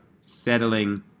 settling